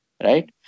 Right